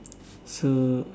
so